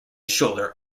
shoulder